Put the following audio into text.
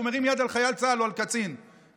מרים יד על חייל צה"ל או על קצין משטרה.